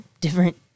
different